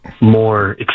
more